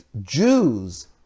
Jews